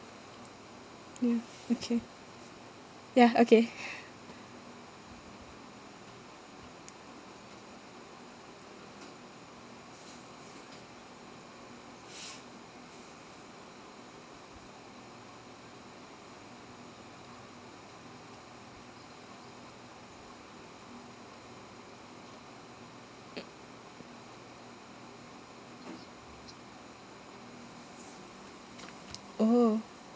ya okay ya okay orh